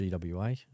GWA